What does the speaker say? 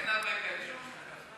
אין הרבה כאלה שחושבים ככה.